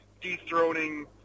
dethroning